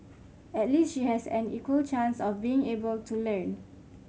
at least she has an equal chance of being able to learn